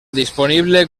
disponible